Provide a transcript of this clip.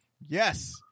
yes